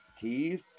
teeth